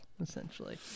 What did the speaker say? essentially